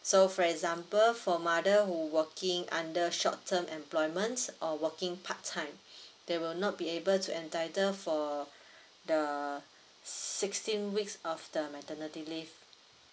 so for example for mother who working under short term employments or working part time they will not be able to entitle for the sixteen weeks of the maternity leave